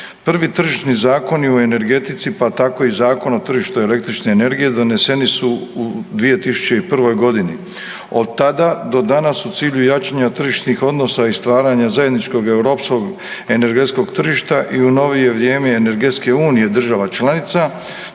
Prvi tržišni zakoni u energetici pa tako i Zakon o tržištu električne energije doneseni su u 2001. godini. Od tada do danas u cilju jačanja tržišnih odnosa i stvaranja zajedničkog europskog energetskog tržišta i u novije vrijeme energetske unije država članica